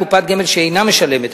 קופת גמל שאינה משלמת,